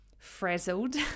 frazzled